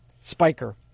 Spiker